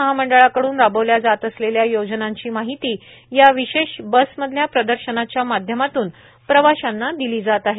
महामंडळाकडून राबवल्या जात असलेल्या योजनांची माहिती या विशेष बसमधल्या प्रदर्शनाच्या माध्यमातून प्रवाशांना दिली जात आहे